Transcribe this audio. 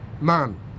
man